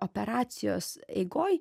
operacijos eigoj